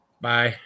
Bye